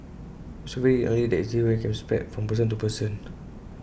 IT is also very unlikely that this infection can be spread from person to person